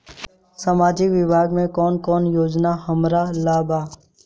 सामाजिक विभाग मे कौन कौन योजना हमरा ला बा?